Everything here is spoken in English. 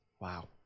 Wow